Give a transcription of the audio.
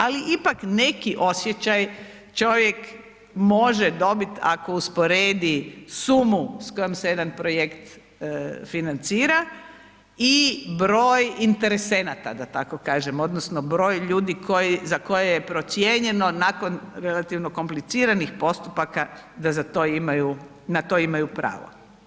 Ali ipak neki osjećaj čovjek može dobiti ako usporedi sumu s kojom se jedan projekt financira i broj interesenata da tako kažem odnosno broj ljudi za koje je procijenjeno nakon relativno kompliciranih postupaka da na to imaju pravo.